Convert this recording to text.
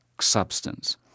substance